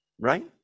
Right